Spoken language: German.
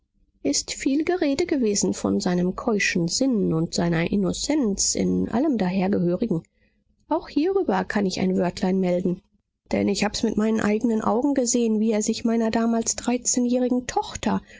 ist viel gerede gewesen von seinem keuschen sinn und seiner innocence in allem dahergehörigen auch hierüber kann ich ein wörtlein melden denn ich hab's mit meinen eignen augen gesehen wie er sich meiner damals dreizehnjährigen tochter